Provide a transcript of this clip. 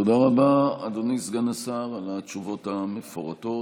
תודה רבה, אדוני סגן השר, על התשובות המפורטות.